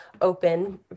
open